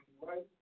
right